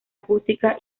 acústica